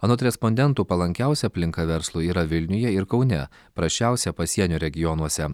anot respondentų palankiausia aplinka verslui yra vilniuje ir kaune prasčiausia pasienio regionuose